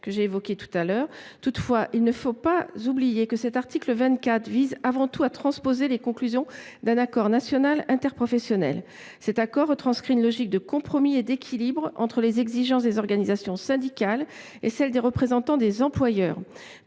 que j’ai précédemment évoqué. Toutefois, il ne faut pas oublier que l’article 24 vise avant tout à transposer les conclusions d’un accord national interprofessionnel. Cet accord équilibré est le fruit d’un compromis entre les exigences des organisations syndicales et celles des représentants des employeurs.